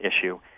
issue